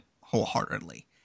wholeheartedly